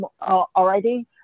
already